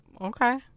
Okay